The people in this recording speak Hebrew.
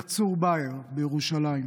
בדרך צור באהר בירושלים.